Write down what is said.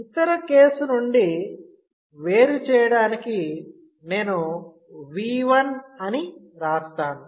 ఇతర కేసు నుండి వేరు చేయడానికి నేను V1 అని రాస్తాను